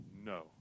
No